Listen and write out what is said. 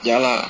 ya lah